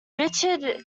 richard